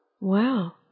Wow